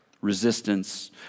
resistance